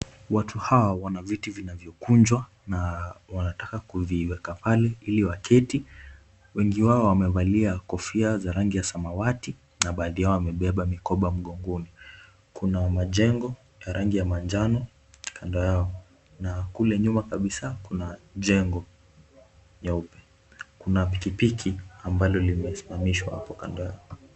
Watu hawa wana viti vinavyo kunjwa na wanataka kuviweka pale ili waketi. Wengi wao wamevalia kofia za rangi ya samawati na baadhi yao wamebeba mikoba mgongoni. Kuna majengo ya rangi ya manjano kando yao na kule nyuma kabisa kuna jengo nyeupe. Kuna pikipiki ambalo limesimamishwa hapo kando yake.